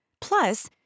Plus